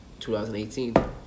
2018